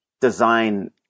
design